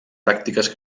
pràctiques